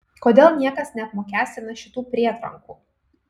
kodėl niekas neapmokestina šitų prietrankų